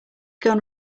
gone